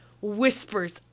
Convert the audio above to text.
whispers